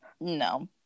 no